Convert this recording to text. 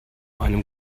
einem